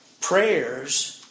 prayers